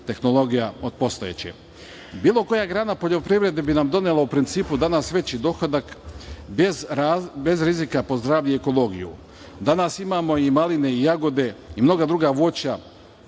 tehnologija od postojeće. Bilo koja grana poljoprivrede bi nam donela u principu danas veći dohodak bez rizika po zdravlje i ekologiju. Danas imamo i maline i jagode i mnoga druga voća